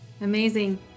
Amazing